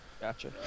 Gotcha